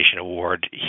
Award